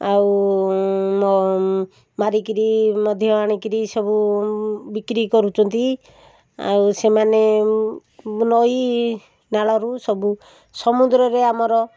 ଆଉ ମ ମାରିକିରି ମଧ୍ୟ ଆଣିକିରି ସବୁ ବିକ୍ରି କରୁଛନ୍ତି ଆଉ ସେମାନେ ନଈ ନାଳରୁ ସବୁ ସମୁଦ୍ରରେ ଆମର